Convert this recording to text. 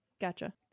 Gotcha